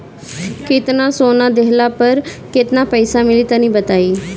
केतना सोना देहला पर केतना पईसा मिली तनि बताई?